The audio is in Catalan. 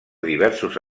diversos